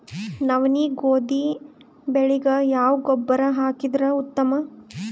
ನವನಿ, ಗೋಧಿ ಬೆಳಿಗ ಯಾವ ಗೊಬ್ಬರ ಹಾಕಿದರ ಉತ್ತಮ?